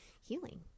healing